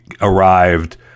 arrived